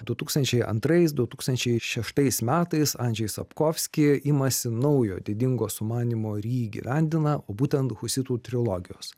du tūkstančiai antrais du tūkstančiai šeštais metais andžej sapkovski imasi naujo didingo sumanymo ir jį įgyvendina o būtent husitų trilogijos